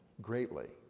greatly